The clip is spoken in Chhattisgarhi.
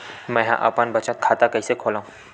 मेंहा अपन बचत खाता कइसे खोलव?